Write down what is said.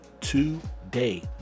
today